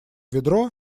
ведро